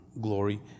glory